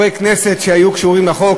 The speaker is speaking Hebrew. שהיו קשורים לחוק,